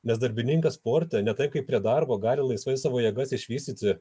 nes darbininkas sporte ne taip kaip prie darbo gali laisvai savo jėgas išvystyti